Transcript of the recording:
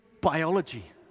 biology